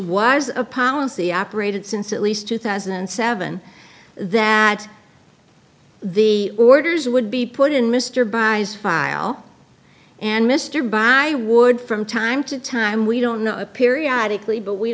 was a policy operated since at least two thousand and seven that the orders would be put in mr baez file and mr by ward from time to time we don't know a periodic lee but we